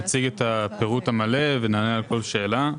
נציג את הפירוט המלא ונענה על כל שאלה.